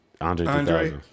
Andre